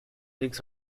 links